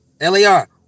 lar